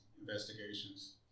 investigations